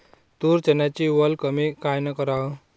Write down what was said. तूर, चन्याची वल कमी कायनं कराव?